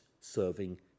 serving